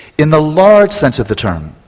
in the large sense of the term.